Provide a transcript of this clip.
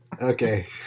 Okay